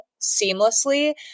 seamlessly